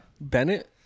Bennett